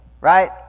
right